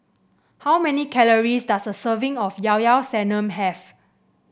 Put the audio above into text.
how many calories does a serving of Llao Llao Sanum have